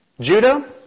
Judah